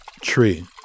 tree